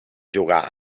jugar